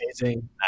amazing